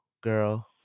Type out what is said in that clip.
girl